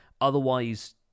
otherwise